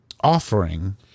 offering